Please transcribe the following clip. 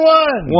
one